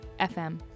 FM